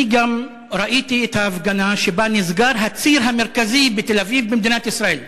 אני גם ראיתי את ההפגנה שבה נסגר הציר המרכזי בתל-אביב במדינת ישראל,